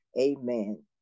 Amen